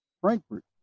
Frankfurt